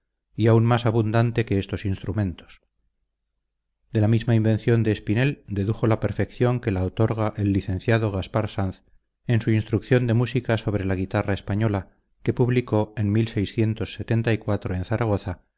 y aun más abundante que estos instrumentos de la misma invención de espinel dedujo la perfección que la otorga el licenciado gaspar sanz en su instrucción de música sobre la guitarra española que publicó en en zaragoza